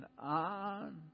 on